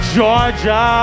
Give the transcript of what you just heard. Georgia